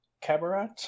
Cabaret